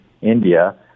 India